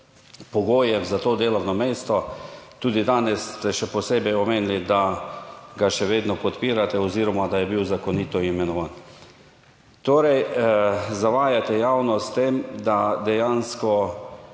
pogojev za to delovno mesto; tudi danes ste še posebej omenili, da ga še vedno podpirate oziroma da je bil zakonito imenovan. Torej zavajate javnost s tem, da dejansko